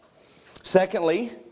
Secondly